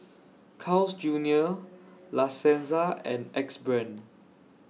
Carl's Junior La Senza and Axe Brand